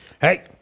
hey